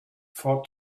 for